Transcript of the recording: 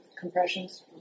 compressions